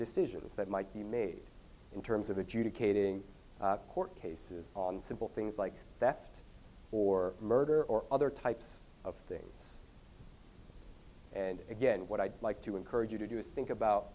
decisions that might be made in terms of adjudicating court cases on simple things like that or murder or other types of things and again what i'd like to encourage you to do is think about